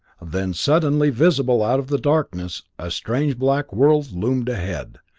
then, suddenly visible out of the darkness, a strange black world loomed ahead,